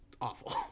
awful